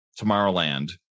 Tomorrowland